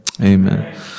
Amen